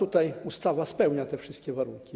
Ustawa spełnia te wszystkie warunki.